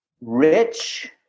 rich